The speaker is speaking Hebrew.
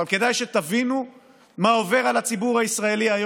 אבל כדאי שתבינו מה עובר על הציבור הישראלי היום.